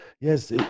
Yes